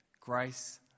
Grace